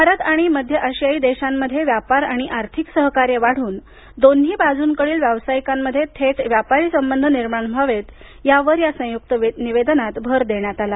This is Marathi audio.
भारत आणि मध्य आशियाई देशांमध्ये व्यापार आणि आर्थिक सहकार्य वाढून दोन्ही बाजूंकडील व्यावसायिकांमध्ये थेट व्यापारी संबंध निर्माण व्हावेत यावर संयुक्त निवेदनात भर देण्यात आला